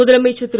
முதலமைச்சர் திரு